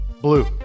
blue